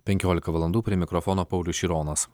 penkiolika valandų prie mikrofono paulius šironas